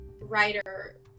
writer